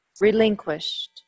relinquished